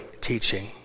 teaching